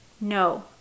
no